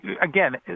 again